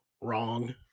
Wrong